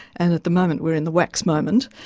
and at the moment we are in the wax moment,